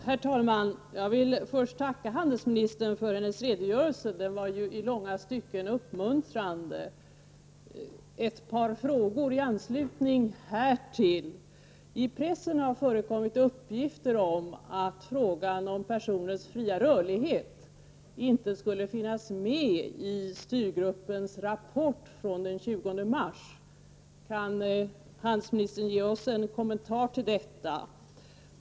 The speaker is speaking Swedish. Herr talman! Jag vill först tacka utrikeshandelsministern för hennes redogörelse. Den var i långa stycken uppmuntrande. Jag vill ställa ett par frågor i anslutning härtill. Det har i pressen förekommit uppgifter om att frågan om personers fria rörlighet inte skulle finnas med i styrgruppens rapport från den 20 mars. Kan utrikeshandelsministern ge oss en kommentar till detta?